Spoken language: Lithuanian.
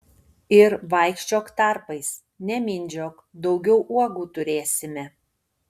ir vaikščiok tarpais nemindžiok daugiau uogų turėsime